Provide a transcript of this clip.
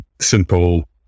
simple